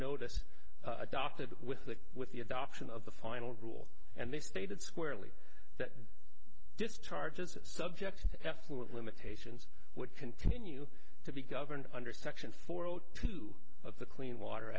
notice adopted with the with the adoption of the final rule and they stated squarely discharges subjects effluent limitations would continue to be governed under section four zero two of the clean water